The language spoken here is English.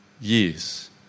years